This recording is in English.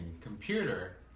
Computer